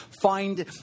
find